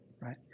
right